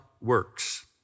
works